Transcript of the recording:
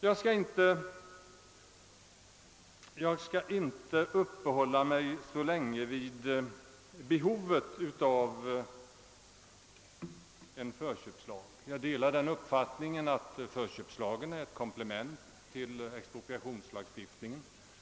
Jag skall inte uppehålla mig så länge vid behovet av en förköpslag. Jag delar uppfattningen, att förköpslagen är ett komplement till expropriationslagstiftningen.